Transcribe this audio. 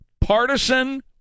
partisan